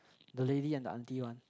the lady and the auntie one